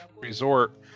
resort